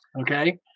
Okay